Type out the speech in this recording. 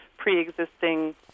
pre-existing